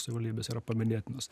savivaldybės yra paminėtinos